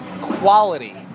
quality